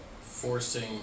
forcing